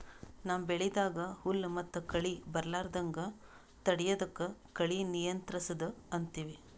ನಮ್ಮ್ ಬೆಳಿದಾಗ್ ಹುಲ್ಲ್ ಮತ್ತ್ ಕಳಿ ಬರಲಾರದಂಗ್ ತಡಯದಕ್ಕ್ ಕಳಿ ನಿಯಂತ್ರಸದ್ ಅಂತೀವಿ